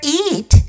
eat